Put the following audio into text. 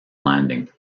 landing